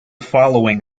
following